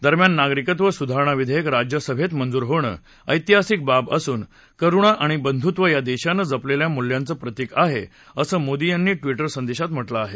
दरम्यान नागरिकत्व सुधारणा विधेयक राज्यसभेत मंजूर होणं ऐतिहासिक बाब असून करुणा आणि बंधुत्व या देशानं जपलेल्या मूल्यांचं प्रतिक आहे असं मोदी यांनी ट्विटरवर म्हटलं आहे